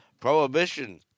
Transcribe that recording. prohibition